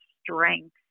strength